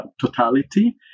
totality